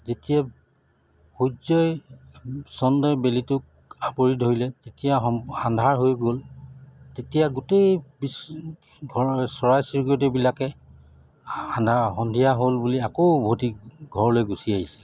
যেতিয়া সূৰ্যই চন্দ্ৰই বেলিটোক আৱৰি ধৰিলে তেতিয়া সম আন্ধাৰ হৈ গ'ল তেতিয়া গোটেই বিচ ঘৰ চৰাই চিৰিকটিবিলাকে আন্ধা সন্ধিয়া হ'ল বুলি আকৌ উভতি ঘৰলৈ গুচি আহিছে